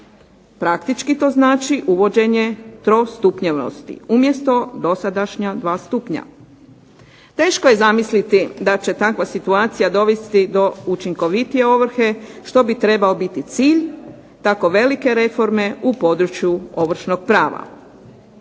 Praktički to znači uvođenje trostupnjevnosti umjesto dosadašnja dva stupnja. Teško je zamisliti da će takva situacija dovesti do učinkovitije ovrhe što bi trebao biti cilj tako velike reforme u području ovršnog prava.